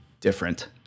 different